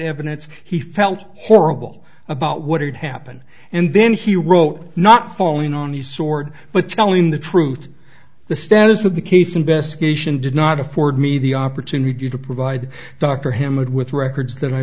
evidence he felt horrible about what had happened and then he wrote not falling on the sword but telling the truth the status of the case investigation did not afford me the opportunity to provide dr him and with records that i